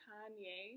Kanye